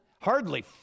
Hardly